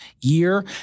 year